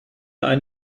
ein